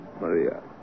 Maria